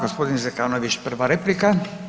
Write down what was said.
Gospodin Zekanović prva replika.